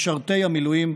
משרתי המילואים,